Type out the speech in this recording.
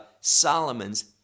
solomon's